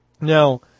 Now